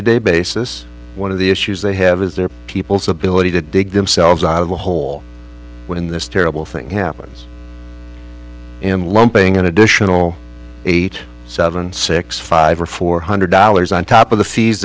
to day basis one of the issues they have is their people's ability to dig themselves out of the hole in this terrible thing happens in lumping an additional eight seven six five or four hundred dollars on top of the fees